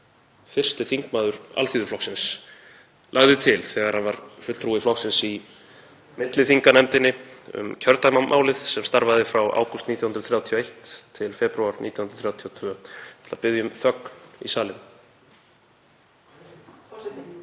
fyrsti þingmaður Alþýðuflokksins, lagði til þegar hann var fulltrúi flokksins í milliþinganefndinni um kjördæmamálið sem starfaði frá ágúst 1931 til febrúar 1932. — Ég ætla að biðja um þögn í salinn.